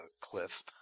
cliff